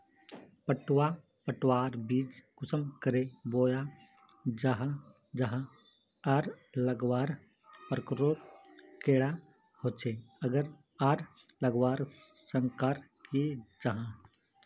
पटवा पटवार बीज कुंसम करे बोया जाहा जाहा आर लगवार प्रकारेर कैडा होचे आर लगवार संगकर की जाहा?